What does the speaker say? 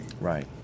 Right